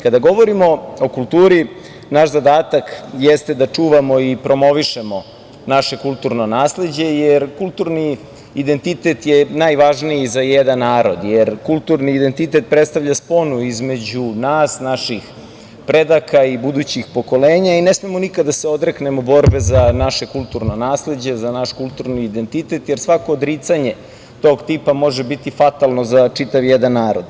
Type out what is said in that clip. Kada govorimo o kulturi, naš zadatak jeste da čuvamo i promovišemo naše kulturno nasleđe, jer kulturni identitet je najvažniji za jedan narod, jer kulturni identitet predstavlja sponu između nas, naših predaka i budućih pokolenja i ne smemo nikad da se odreknemo borbe za naše kulturno nasleđe, za naš kulturni identitet, jer svako odricanje tog tipa može biti fatalno za čitav jedan narod.